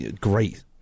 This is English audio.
Great